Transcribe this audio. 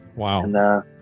Wow